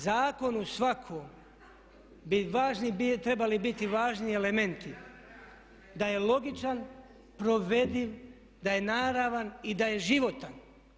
Zakonu svakom bi trebali biti važni elementi, da je logičan, provediv, da je naravan i da je životan.